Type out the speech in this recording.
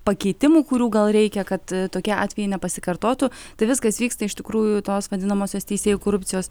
pakeitimų kurių gal reikia kad tokie atvejai nepasikartotų tai viskas vyksta iš tikrųjų tos vadinamosios teisėjų korupcijos